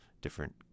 different